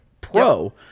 pro